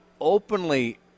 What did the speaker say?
openly